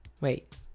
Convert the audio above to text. Wait